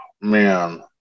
man